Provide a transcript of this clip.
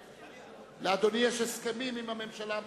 לאדוני יש הסכמים עם הממשלה?